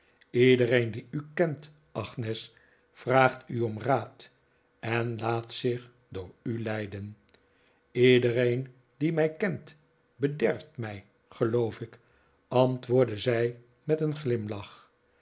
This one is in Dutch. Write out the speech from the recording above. iedereen die u kent agnes vraagt u om raad en laat zich door u leiden iedereen die mij kent bederft mij geloof ik antwoordde zij met een glimlach